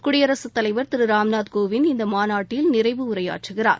குடியரசு தலைவர் திரு ராம்நாத் கோவிந்த் இந்த மாநாட்டில் நிறைவு உரையாற்றுகிறார்